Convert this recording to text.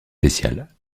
spéciales